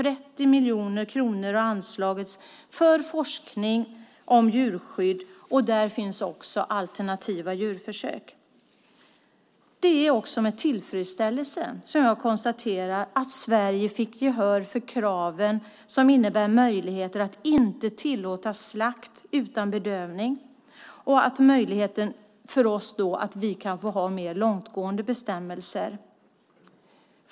30 miljoner kronor har anslagits för forskning om djurskydd, och där finns också alternativa djurförsök. Det är också med tillfredsställelse som jag konstaterar att Sverige fick gehör för krav som innebär möjlighet att inte tillåta slakt utan bedövning och att vi då kan få ha mer långtgående bestämmelser.